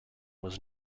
was